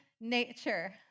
nature